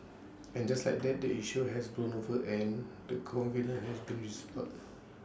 and just like that the issue has blown over and the covenant has been restored